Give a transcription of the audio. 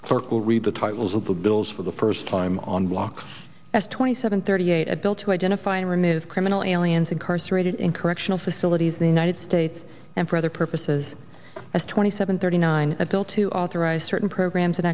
the clerk will read the titles of the bills for the first time on blocks as twenty seven thirty eight a bill to identify or native criminal aliens incarcerated in correctional facilities the united states and for other purposes as twenty seven thirty nine a bill to authorize certain programs and